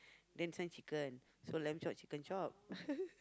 then this one chicken so lamb chop chicken chop